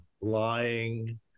lying